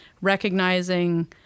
recognizing